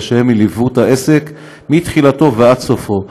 שליוו את העסק מתחילתו ועד סופו.